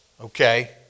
okay